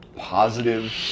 Positive